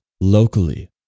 locally